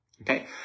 Okay